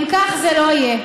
אם כך, זה לא יהיה.